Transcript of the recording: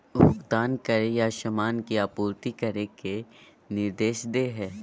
भुगतान करे या सामान की आपूर्ति करने के निर्देश दे हइ